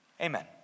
Amen